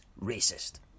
racist